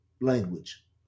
language